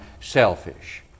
selfish